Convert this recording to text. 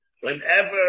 whenever